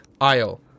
aisle